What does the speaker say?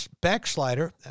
backslider